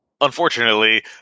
unfortunately